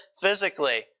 physically